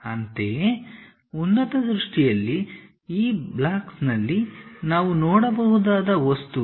ಅಂತೆಯೇ ಉನ್ನತ ದೃಷ್ಟಿಯಲ್ಲಿ ಈ ಬ್ಲಾಕ್ಸ್ನಲ್ಲಿ ನಾವು ನೋಡಬಹುದಾದ ವಸ್ತು